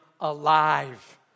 Alive